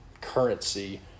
currency